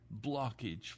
blockage